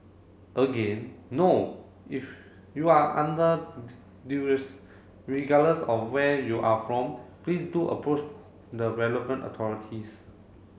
again no if you are under duress regardless of where you are from please do approach the relevant authorities